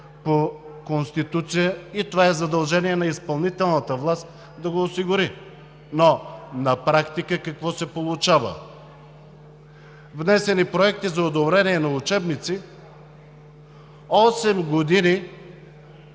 по Конституция и това е задължение на изпълнителната власт да го осигури, но на практика какво се получава? Внесени проекти за одобрение на учебници осем години